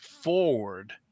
forward